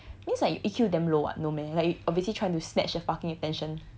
means like your E_Q damn low [what] no meh like obviously trying to snatch a fucking attention